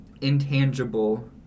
intangible